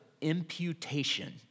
imputation